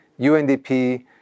UNDP